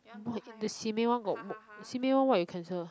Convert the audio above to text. the simei one got simei one what you cancel